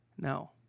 No